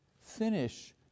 Finish